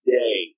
day